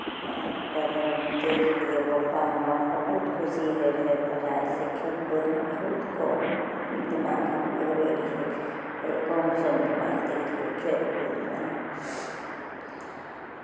पढ़ैमे तेज रहियै पप्पा हमर बहुत खुशी होइ रहै पढ़ाइसँ खेलकूदमे बहुत कम दिमाग हम लगबै रहियै कम सम दिमाग दै रहियै खेलकूदमे